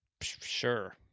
Sure